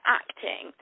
acting